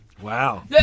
Wow